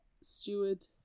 steward